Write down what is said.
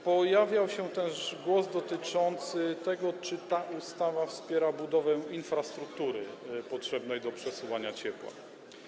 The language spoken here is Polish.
Pojawiał się też głos dotyczący tego, czy ta ustawa wspiera budowę infrastruktury potrzebnej do przesyłania ciepła.